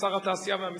שר התעשייה והמסחר,